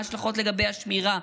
מה ההשלכות לגבי השמירה,